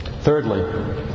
Thirdly